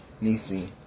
nisi